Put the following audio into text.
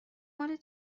مال